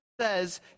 says